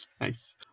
Nice